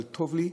אבל טוב לי.